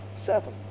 seven